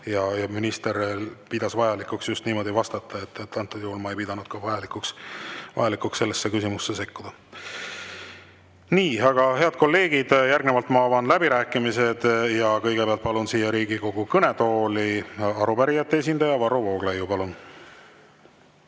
ja minister pidas vajalikuks just niimoodi vastata. Antud juhul ma ei pidanud ka vajalikuks sellesse küsimusse sekkuda. Nii. Head kolleegid, järgnevalt avan läbirääkimised ja kõigepealt palun siia Riigikogu kõnetooli arupärijate esindaja Varro Vooglaiu. Palun!